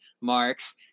Marks